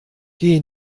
geh